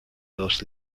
dos